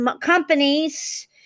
companies